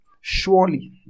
surely